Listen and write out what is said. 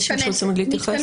אנשים שרוצים עוד להתייחס.